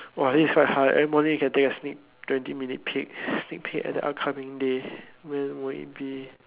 !wah! this is quite hard every morning can take a sneak twenty minutes peek sneak peek at the upcoming day when would it be